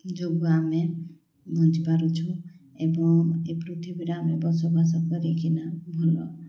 ଯୋଗୁ ଆମେ ବଞ୍ଚି ପାରୁଛୁ ଏବଂ ଏ ପୃଥିବୀରେ ଆମେ ବସବାସ କରିକିନା ଭଲ